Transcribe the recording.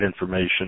information